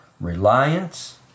reliance